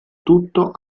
tutto